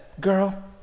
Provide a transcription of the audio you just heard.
girl